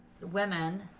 women